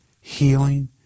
healing